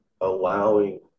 allowing